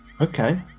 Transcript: Okay